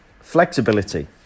Flexibility